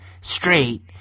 straight